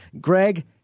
Greg